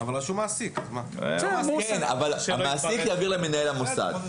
המעסיק יעביר למנהל המוסד.